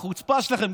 החוצפה שלכם.